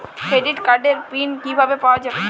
Credit কার্ডের PIN কিভাবে পাওয়া যাবে?